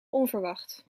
onverwacht